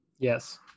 Yes